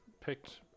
picked